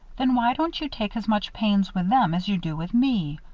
then why don't you take as much pains with them as you do with me?